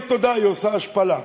שבמקום להגיד תודה היא עושה השפלה.